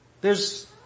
theres